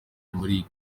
muri